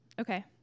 Okay